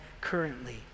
currently